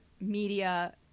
media –